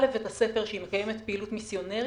לבית הספר שהיא מקיימת פעילות מיסיונרית,